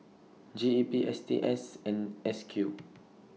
G E P S T S and S Q